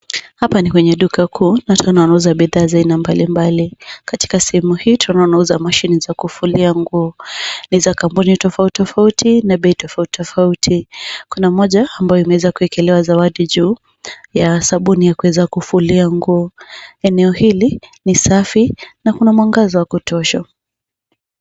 Hapa ni kwenye duka kuu na tunaona wanauza bidhaa za aina mbali mbali. Katika sehemu hii tunaona wanauza mashini za kufulia nguo. Ni za kampuni tofauti tofauti na bei tofauti tofauti. Kuna moja ambayo imeweza kuekelewa zawadi juu, ya sabuni ya kuweza kufulia nguo. Eneo hili ni safi na kuna mwangaza wa kutosha.